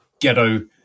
ghetto